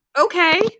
Okay